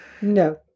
No